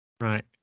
Right